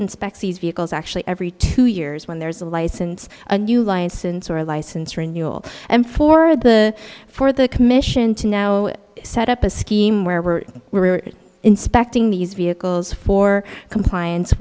inspects these vehicles actually every two years when there's a license a new license or a license renewal and for the for the commission to know set up a scheme where were inspecting these vehicles for compliance